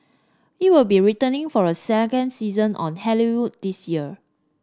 it will be returning for a second season on Halloween this year